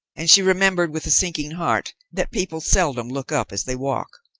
and she remembered with a sinking heart that people seldom look up as they walk.